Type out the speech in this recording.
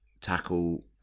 tackle